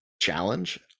challenge